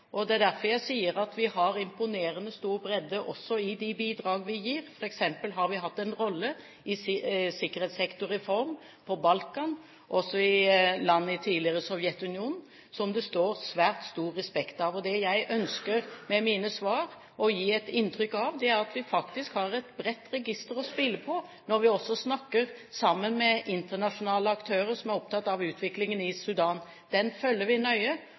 og det er derfor jeg sier at vi har imponerende stor bredde også i de bidrag vi gir. For eksempel har vi hatt en rolle i Sikkerhetssektorreform på Balkan, og også i land i tidligere Sovjetunionen, som det står svært stor respekt av, og det jeg med mine svar ønsker å gi et inntrykk av, er at vi faktisk har et bredt register å spille på når vi snakker med internasjonale aktører som er opptatt av utviklingen i Sudan. Den følger vi nøye,